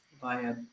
via